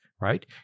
right